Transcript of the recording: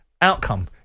Outcome